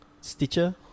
Stitcher